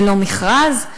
ללא מכרז,